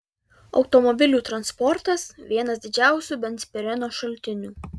automobilių transportas vienas didžiausių benzpireno šaltinių